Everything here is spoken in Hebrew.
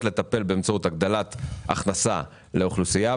לטפל באמצעות הגדלת הכנסה לאוכלוסייה,